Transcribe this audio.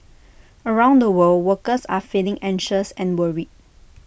around the world workers are feeling anxious and worried